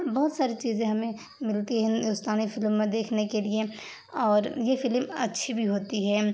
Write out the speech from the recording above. بہت ساری چیزیں ہمیں ملتی ہندوستانی فلم میں دیکھنے کے لیے اور یہ فلم اچھی بھی ہوتی ہے